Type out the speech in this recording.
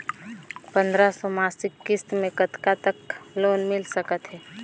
पंद्रह सौ मासिक किस्त मे कतका तक लोन मिल सकत हे?